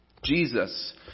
Jesus